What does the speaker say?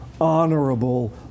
honorable